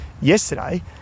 yesterday